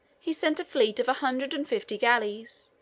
he sent a fleet of a hundred and fifty galleys,